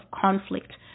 conflict